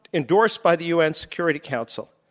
endorsed by the u. n. security council,